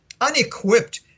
unequipped